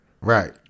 Right